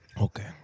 Okay